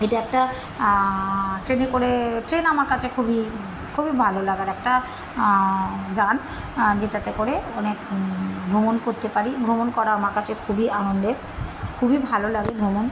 এটা একটা ট্রেনে করে ট্রেন আমার কাছে খুবই খুবই ভালো লাগার একটা যান যেটাতে করে অনেক ভ্রমণ করতে পারি ভ্রমণ করা আমার কাছে খুবই আনন্দের খুবই ভালো লাগে ভ্রমণ